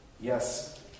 Yes